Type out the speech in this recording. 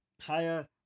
higher